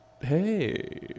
Hey